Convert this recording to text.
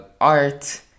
art